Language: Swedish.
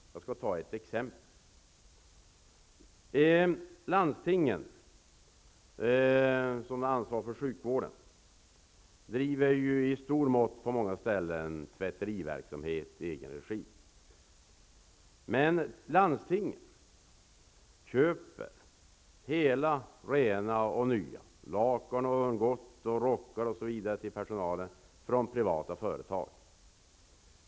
Jag skall ta ett exempel. Landstingen, som har ansvar för sjukvården, driver på många ställen tvätteriverksamhet i stor skala i egen regi. Landstingen köper hela, rena och nya lakan och örngott, rockar till personalen, osv., från privata företag.